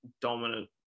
dominant